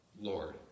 Lord